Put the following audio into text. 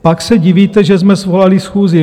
Pak se divíte, že jsme svolali schůzi.